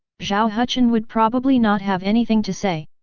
zhao hucheng would probably not have anything to say.